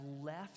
left